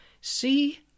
see